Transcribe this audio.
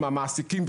מהמעסיקים,